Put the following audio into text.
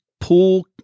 pool